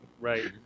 Right